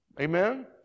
Amen